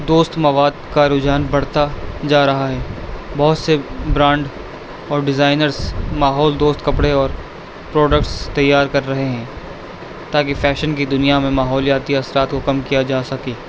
دوست مواد کا رجحان بڑھتا جا رہا ہے بہت سے برانڈ اور ڈیزائنرس ماحول دوست کپڑے اور پروڈکٹس تیار کر رہے ہیں تاکہ فیشن کی دنیا میں ماحولیاتی اثرات کو کم کیا جا سکے